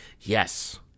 Yes